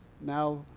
Now